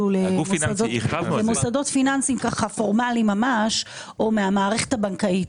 נקרא לזה מוסדות פיננסיים פורמליים ממש או מהמערכת הבנקאית.